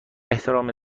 احترام